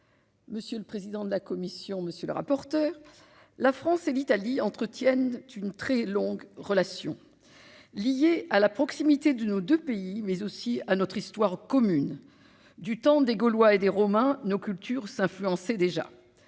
Monsieur le président de la commission, monsieur le rapporteur, la France et l'Italie entretiennent une très longue relation liée à la proximité de nos 2 pays, mais aussi à notre histoire commune du temps des Gaulois et des Romains nos cultures s'influencer déjà,